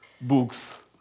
books